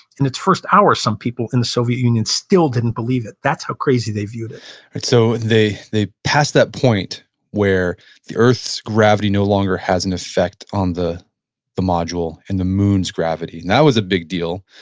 in its first hour, some people in the soviet union still didn't believe it. that's how crazy they viewed it and so they they passed that point where the earth's gravity no longer has an effect on the the module and the moon's gravity now is a big deal.